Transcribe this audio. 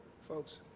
folks